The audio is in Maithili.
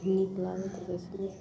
नीक लागैत रहै छै